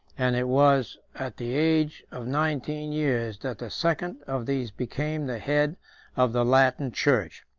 and it was at the age of nineteen years that the second of these became the head of the latin church.